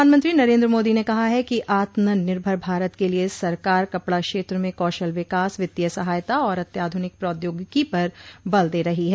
प्रधानमंत्री नरेन्द्र मोदी ने कहा है कि आत्मनिर्भर भारत के लिए सरकार कपड़ा क्षेत्र में कौशल विकास वित्तीय सहायता और अत्याधुनिक प्रौद्योगिकी पर बल दे रही है